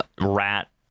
rat